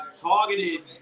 targeted